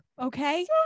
Okay